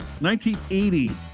1980